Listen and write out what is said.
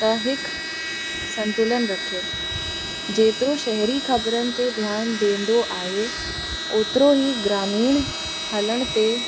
त हिकु संतुलन रखे जेतिरो शहरी ख़बरनि ते ध्यानु ॾींदो आहे ओतिरो ई ग्रामीण हलण ते